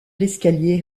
l’escalier